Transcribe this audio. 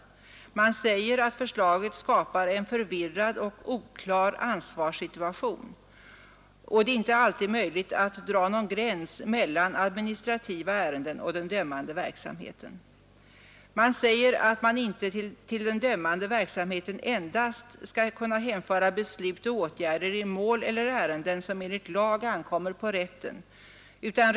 Hovrätten säger: Förslaget ”skapar en förvirrad och oklar ansvarssituation. Det är inte möjligt att alltid dra någon gräns mellan administrativa ärenden och dömande verksamhet. Man kan inte till det senare begreppet hänföra endast beslut och åtgärder i mål eller ärende som enligt lag ankommer på rätten.